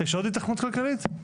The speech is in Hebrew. יש עוד היתכנות כלכלית?